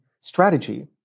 strategy